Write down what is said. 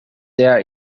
their